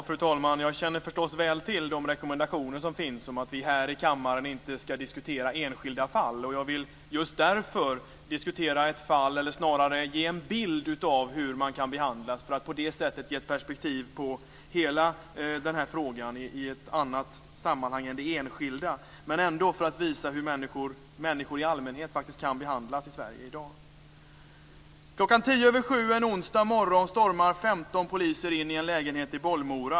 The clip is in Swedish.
Fru talman! Jag känner förstås väl till de rekommendationer som finns om att vi här i kammaren inte skall diskutera enskilda fall. Jag vill just därför ge en bild av hur människor kan behandlas, för att på det sättet ge ett perspektiv på hela den här frågan i ett annat sammanhang än det enskilda, men ändå för att visa hur människor i allmänhet kan behandlas i Sverige i dag. 15 poliser in i en lägenhet i Bollmora.